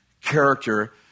character